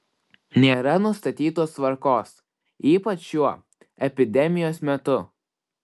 nėra nustatytos tvarkos ypač šiuo epidemijos metu